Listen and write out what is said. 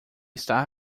estar